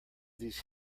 these